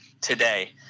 today